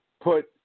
put